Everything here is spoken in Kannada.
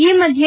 ಈ ಮಧ್ಯೆ